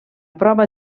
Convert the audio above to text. prova